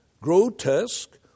grotesque